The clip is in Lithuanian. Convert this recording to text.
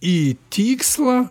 į tikslą